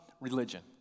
religion